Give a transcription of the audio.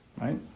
right